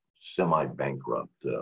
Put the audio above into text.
semi-bankrupt